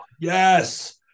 Yes